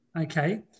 Okay